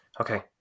Okay